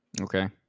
Okay